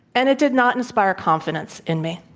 and it did not inspire confidence in me.